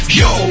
yo